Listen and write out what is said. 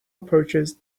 approaches